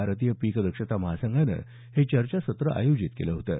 भारतीय पीक दक्षता महासंघानं हे चर्चासत्र आयोजित केलं होतं